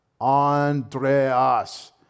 Andreas